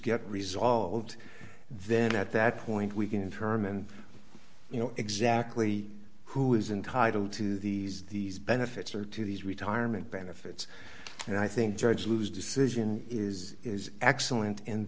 get resolved then at that point we can in term and you know exactly who is entitle to these these benefits or to these retirement benefits and i think judge lose decision is is excellent in